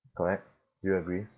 correct do you agree